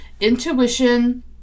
Intuition